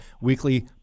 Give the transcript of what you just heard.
weekly